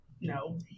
No